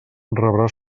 rebrà